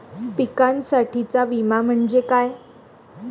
पिकांसाठीचा विमा म्हणजे काय?